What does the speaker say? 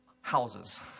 houses